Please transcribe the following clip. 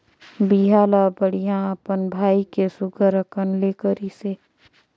बिहा ल बड़िहा अपन भाई के सुग्घर अकन ले करिसे